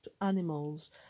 animals